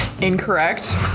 incorrect